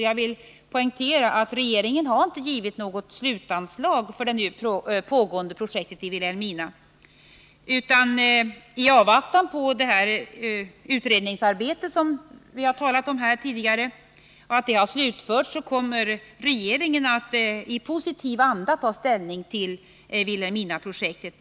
Jag vill poängtera att regeringen inte har givit något slutanslag för det nu pågående projektet i Vilhelmina, utan i avvaktan på slutförandet av det utredningsarbete som vi har talat om här tidigare kommer regeringen att i positiv anda ta ställning till Vilhelminaprojektet.